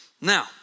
Now